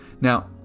Now